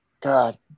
god